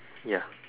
ya